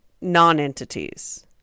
non-entities